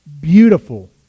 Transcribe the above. beautiful